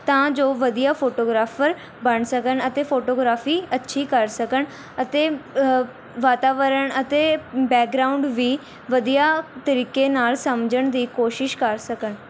ਤਾਂ ਜੋ ਵਧੀਆ ਫੋਟੋਗ੍ਰਾਫਰ ਬਣ ਸਕਣ ਅਤੇ ਫੋਟੋਗ੍ਰਾਫੀ ਅੱਛੀ ਕਰ ਸਕਣ ਅਤੇ ਵਾਤਾਵਰਣ ਅਤੇ ਬੈਕਗਰਾਊਂਡ ਵੀ ਵਧੀਆ ਤਰੀਕੇ ਨਾਲ਼ ਸਮਝਣ ਦੀ ਕੋਸ਼ਿਸ਼ ਕਰ ਸਕਣ